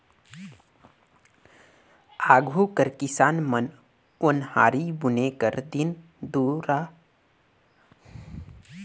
आघु कर किसान मन ओन्हारी बुने कर दिन दुरा मे ओन्हारी नांगर कर ही परियोग करत खित रहिन